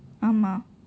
ஆமாம்:aamaam